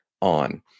on